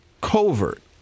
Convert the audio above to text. covert